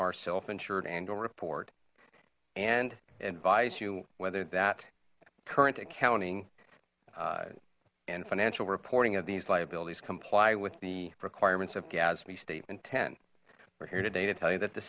our self insured handle report and advise you whether that current accounting and financial reporting of these liabilities comply with the requirements of gatsby statement ten we're here today to tell you that the